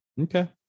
Okay